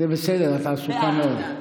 זה בסדר, את עסוקה מאוד.